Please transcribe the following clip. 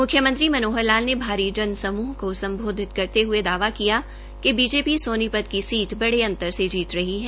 म्ख्यमंत्री मनोहर लाल ने भारी जन समूह को सम्बोधित करते हये दावा किया बीजेपी सोनीपत की सीट बड़े अंतर से जीत रही है